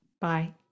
bye